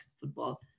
football